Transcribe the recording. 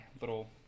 little